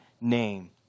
name